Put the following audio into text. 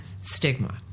stigma